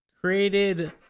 created